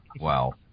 Wow